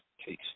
case